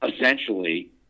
essentially